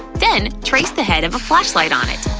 then trace the head of a flashlight on it.